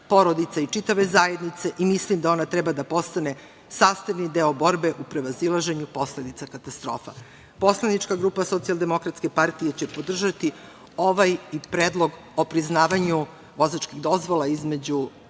i čitave zajednice i mislim da ona treba da postane sastavni deo borbe u prevazilaženju posledica katastrofa. Poslanička grupa Socijaldemokratske partije će podržati ovaj i predlog o priznavanju vozačkih dozvola između